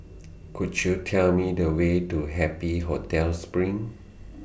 Could YOU Tell Me The Way to Happy Hotel SPRING